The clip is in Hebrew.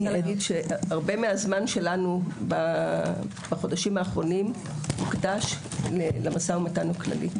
הרבה מהזמן שלנו בחודשים האחרונים הוקדש למשא ומתן הכללי.